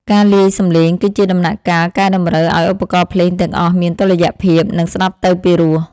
ការលាយសំឡេងគឺជាដំណាក់កាលកែតម្រូវឱ្យឧបករណ៍ភ្លេងទាំងអស់មានតុល្យភាព និង ស្ដាប់ទៅពីរោះ។